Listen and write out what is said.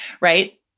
Right